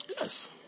yes